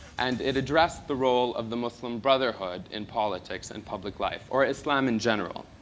and it addressed the role of the muslim brotherhood in politics and public life, or islam in general.